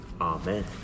Amen